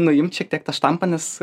nuimt šiek tiek tą štampą nes